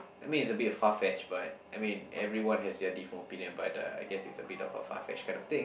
I mean is a bit far-fetched but I mean everyone has their different opinion but uh I guess it's a bit of far-fetched kind of thing